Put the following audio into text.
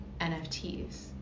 NFTs